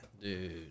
Dude